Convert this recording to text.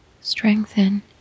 strengthen